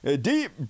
Deep